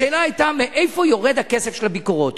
השאלה היתה מאיפה יורד הכסף של הביקורות.